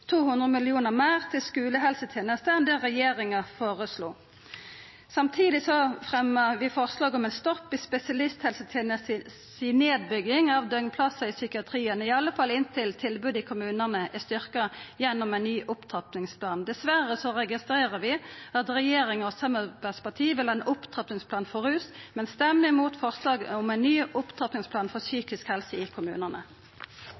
200 mill. kr meir til skulehelsetenesta enn det regjeringa føreslo. Samtidig fremjar vi forslag om ein stopp i spesialisthelsetenesta si nedbygging av døgnplassar i psykiatrien, iallfall inntil tilbodet i kommunane er styrkt gjennom ein ny opptrappingsplan. Dessverre registrerer vi at regjeringa og samarbeidspartia vil ha ein opptrappingsplan når det gjeld rus, men stemmer imot forslag om ein ny opptrappingsplan for